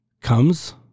comes